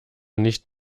nicht